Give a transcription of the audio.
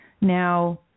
Now